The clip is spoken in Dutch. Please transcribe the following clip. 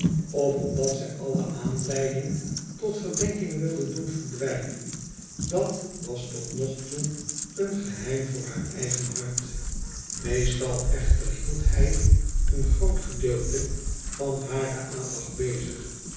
of omdat zij alle anleiding tot verdenking wilde doen verdwijnen dat was tot nog toe een geheim voor haar eigen hart meestal echter hield hij een groot gedeelte van hare aandacht bezig